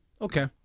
Okay